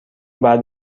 بعد